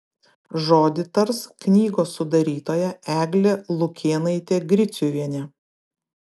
žodį tars knygos sudarytoja eglė lukėnaitė griciuvienė